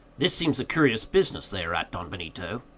this seems a curious business they are at, don benito?